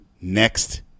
next